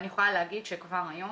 אני יכולה להגיד שכבר היום